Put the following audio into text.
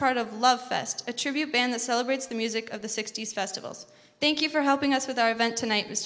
part of love fest a tribute band that celebrates the music of the sixty's festivals thank you for helping us with our event tonight